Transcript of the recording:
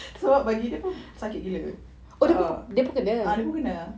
sebab bagi dia pun sakit gila ah dia pun kena